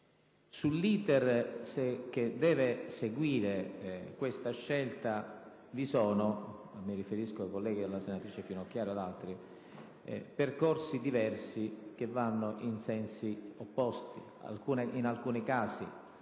Sull'*iter* che deve seguire questa scelta vi sono, mi riferisco alla senatrice Finocchiaro e ad altri colleghi, percorsi diversi che vanno in sensi opposti. In alcuni casi,